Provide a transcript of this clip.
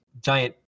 giant